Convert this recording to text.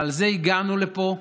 בגלל זה הגענו לפה,